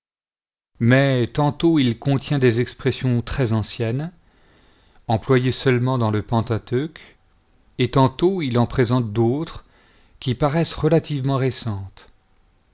mais tantôt il contient des expressions très anciennes employées seulement dans le pentateuque et tantôt il en présente d'autres qui paraissent relativement récentes